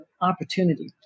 opportunity